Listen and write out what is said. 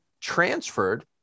transferred